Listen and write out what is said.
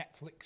Netflix